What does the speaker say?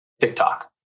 TikTok